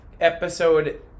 episode